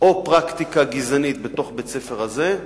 פרקטיקה גזענית בתוך בית-הספר הזה.